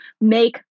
make